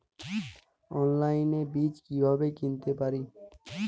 অনলাইনে বীজ কীভাবে কিনতে পারি?